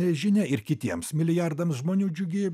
žinia ir kitiems milijardams žmonių džiugi